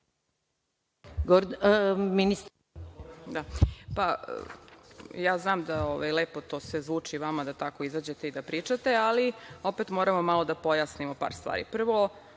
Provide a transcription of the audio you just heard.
Znam da sve to lepo zvuči vama da tako izađete i da pričate, ali opet moramo malo da pojasnimo par stvari.